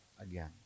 again